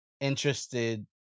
interested